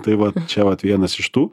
tai vat čia vat vienas iš tų